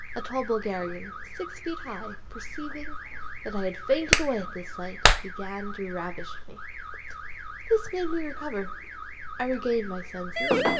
a tall bulgarian, six feet high, perceiving that i had fainted away at this sight, began to ravish me this made me recover i regained my senses,